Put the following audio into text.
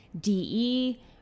DE